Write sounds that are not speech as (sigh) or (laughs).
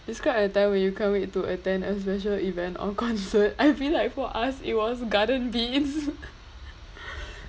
describe a time when you can't wait to attend a special event or concert (laughs) I mean like for us it was garden beats